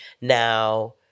now